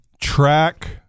track